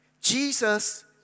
Jesus